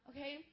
Okay